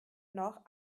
noch